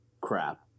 crap